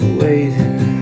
waiting